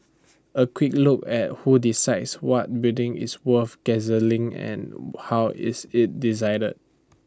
A quick look at who decides what building is worth gazetting and how IT is decided